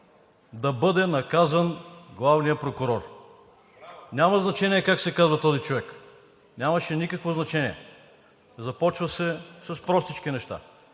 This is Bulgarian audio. да бъде наказан главният прокурор, няма значение как се казва този човек, нямаше никакво значение. Започва се с простички неща